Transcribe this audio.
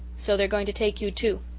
so they're going to take you, too.